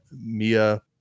Mia